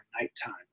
nighttime